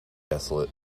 desolate